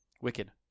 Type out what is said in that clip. Wicked